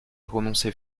prononcée